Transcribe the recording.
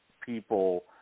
people